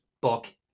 book